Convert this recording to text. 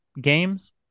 games